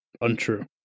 untrue